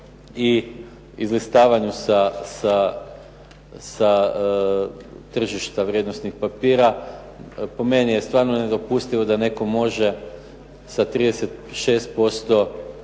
i izlistavanju sa tržišta vrijednosnih papira. Po meni je stvarno nedopustivo da netko može sa 36%